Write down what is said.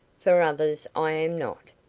for others i am not.